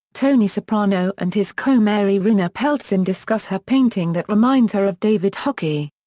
tony soprano and his comare irina peltsin discuss her painting that reminds her of david hockey.